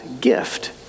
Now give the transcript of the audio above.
gift